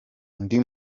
undi